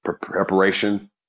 preparation